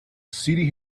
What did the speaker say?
city